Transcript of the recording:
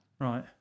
Right